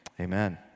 Amen